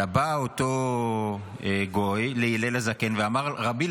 אלא בא אותו גוי להלל הזקן ואמר: רבי,